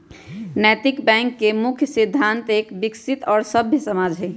नैतिक बैंक के मुख्य सिद्धान्त एक विकसित और सभ्य समाज हई